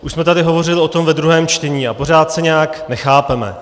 Už jsme tady hovořili o tom ve druhém čtení a pořád se nějak nechápeme.